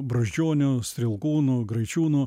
brazdžionio strielkūno graičiūno